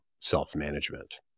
self-management